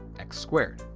x squared.